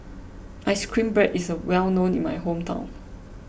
Ice Cream Bread is well known in my hometown